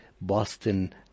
Boston